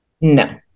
No